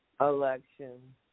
election